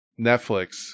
Netflix